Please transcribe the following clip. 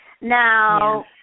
Now